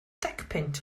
decpunt